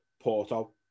Porto